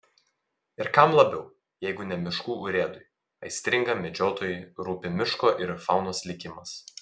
ir kam labiau jeigu ne miškų urėdui aistringam medžiotojui rūpi miško ir faunos likimas